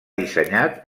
dissenyat